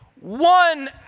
One